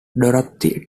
dorothy